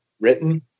written